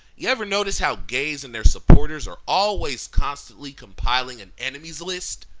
you ever notice how gays and their supporters are always constantly compiling an enemies list?